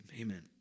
Amen